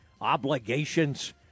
obligations